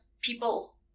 people